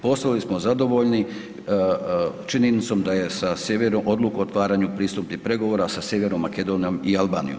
Postali smo zadovoljni činjenicom da je sa sjevernom, odluku o otvaranju pristupnih pregovora sa Sjevernom Makedonijom i Albanijom.